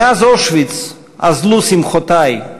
מאז אושוויץ אזלו שמחותי,